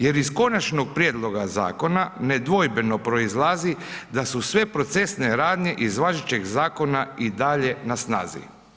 Jer iz konačnog prijedloga zakona, nedvojbeno proizlazi da su sve procesne radnje, iz važećeg zakona i dalje na snazi.